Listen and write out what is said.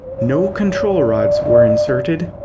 no control rods were inserted.